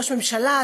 ראש ממשלה,